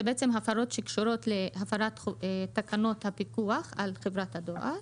מדובר בהפרות שקשורות להפרת תקנות הפיקוח על חברת הדואר,